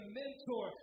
mentor